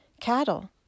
cattle